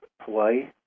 Hawaii